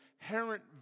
inherent